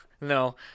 No